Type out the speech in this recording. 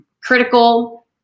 critical